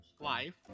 life